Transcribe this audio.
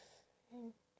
friend